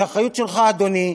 זו האחריות שלך, אדוני,